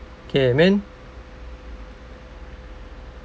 okay min